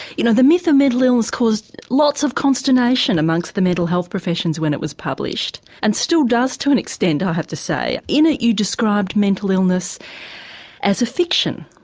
you know the myth of mental illness caused lots of consternation among the mental health professions when it was published and still does to an extent, i have to say. in it you described mental illness as a fiction,